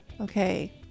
Okay